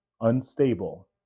unstable